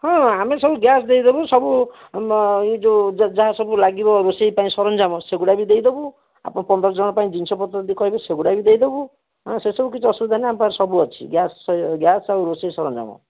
ହଁ ଆମେ ସବୁ ଗ୍ୟାସ୍ ଦେଇଦେବୁ ସବୁ ଏଇଯୋଉ ଯାହାସବୁ ଲାଗିବ ରୋଷେଇ ପାଇଁ ସରଞ୍ଜାମ ସେଗୁଡ଼ା ବି ଦେଇଦେବୁ ଆପଣ ପନ୍ଦର ଜଣଙ୍କ ପାଇଁ ଜିନିଷପତ୍ର ଯଦି କହିବେ ସେଗୁଡ଼ା ବି ଦେଇଦେବୁ ସେ ସବୁ କିଛି ଅସୁବିଧା ନାହିଁ ଆମ ପାଖରେ ସବୁ ଅଛି ଗ୍ୟାସ୍ ଗ୍ୟାସ୍ ଆଉ ରୋଷେଇ ସରଞ୍ଜାମ